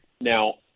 Now